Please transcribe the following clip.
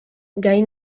gai